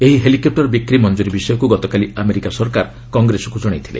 ଏହି ହେଲିକପୁର ବିକ୍ରି ମଞ୍ଜୁରି ବିଷୟକୁ ଗତକାଲି ଆମେରିକା ସରକାର କଂଗ୍ରେସକୁ ଜଣାଇଥିଲେ